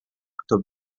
kto